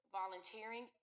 volunteering